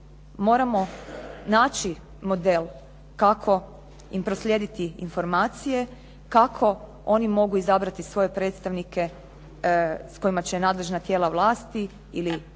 moramo naći model kako im proslijediti informacije, kako oni mogu izabrati svoje predstavnike s kojima će nadležna tijela vlasti ili ministarstvo